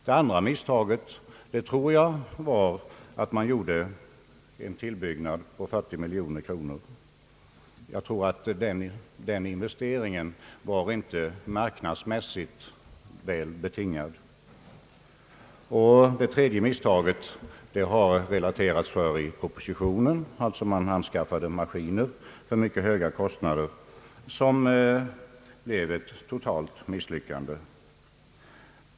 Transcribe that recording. Det andra misstaget var att det gjordes en tillbyggnad som kostade 40 miljoner kronor. Jag tror att den investe ringen inte var marknadsmässigt betingad. Det tredje misstaget har relaterats i propositionen. Man anskaffade maskiner för mycket höga kostnader, något som blev ett totalt misslyckande.